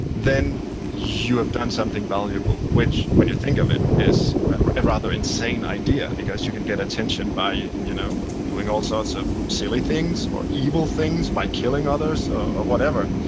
then you have done something value, but which when you think of it is a rather insane idea because you can get attention by you know doing all sorts of silly things or evil things by killing others, or whatever.